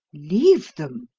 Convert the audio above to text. leave them!